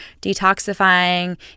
detoxifying